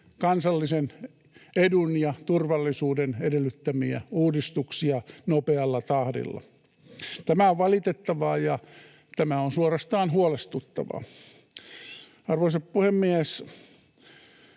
kansallisen edun ja turvallisuuden edellyttämiä uudistuksia nopealla tahdilla. Tämä on valitettavaa, ja tämä on suorastaan huolestuttavaa. Arvoisa puhemies!